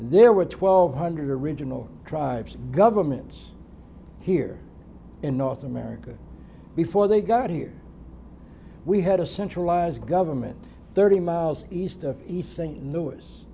there were twelve hundred a regional tribes governments here in north america before they got here we had a centralized government thirty miles east of east saint louis